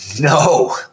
No